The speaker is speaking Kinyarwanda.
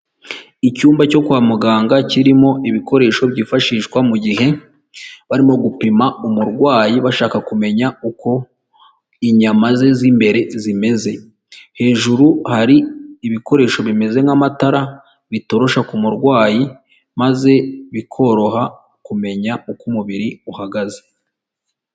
Icyumba cyo kwa muganga kirimo ibikoresho byifashishwa mu gihe barimo gupima umurwayi, bashaka kumenya uko inyama ze z'imbere zimeze, hejuru hari ibikoresho bimeze nk'amatara, bitorosha ku murwayi maze bikoroha kumenya uko umubiri uhagaze.